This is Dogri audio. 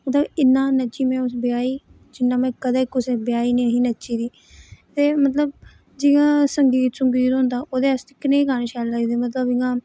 मतलब इन्ना नच्ची मैं उस ब्याह् गी जिन्ना मैं कदें कुसै ब्याह् ई नेईं ही नच्ची दी ते मतलब जियां संगीत संगूत होंदा ओह्दे आस्तै कनेह् गाने शैल लगदे मतलब इयां